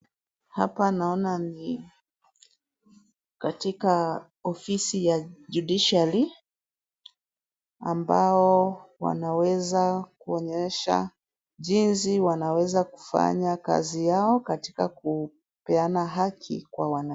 Hapa naona ni katika ofisi ya judicuary , ambao wanaweza kuonyesha jinsi wanaweza kufanya kazi yao, katika kupeana haki kwa wananchi.